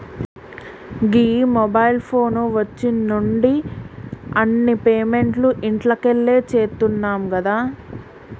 గీ mobile phone వచ్చిన్నుండి అన్ని పేమెంట్లు ఇంట్లకెళ్లే చేత్తున్నం గదా